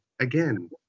again